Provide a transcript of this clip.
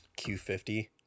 Q50